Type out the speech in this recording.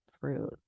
fruit